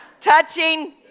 Touching